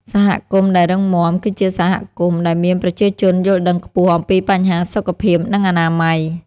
សហគមន៍ដែលរឹងមាំ គឺជាសហគមន៍ដែលមានប្រជាជនយល់ដឹងខ្ពស់អំពីបញ្ហាសុខភាព និងអនាម័យ។